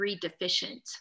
deficient